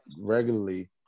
regularly